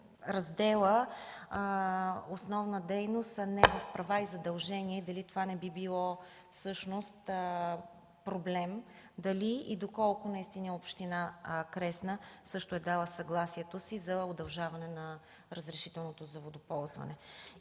раздела „Основна дейност”, а не в „Права и задължения” – дали това не би било всъщност проблем, дали и до колко наистина община Кресна също е дала съгласието си за удължаване на разрешителното за водоползване?